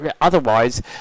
otherwise